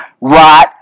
right